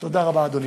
תודה רבה, אדוני.